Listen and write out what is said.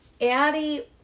addie